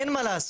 אין מה לעשות,